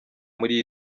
muri